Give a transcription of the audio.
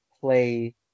play